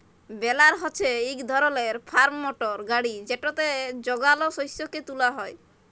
বেলার হছে ইক ধরলের ফার্ম মটর গাড়ি যেটতে যগাল শস্যকে তুলা হ্যয়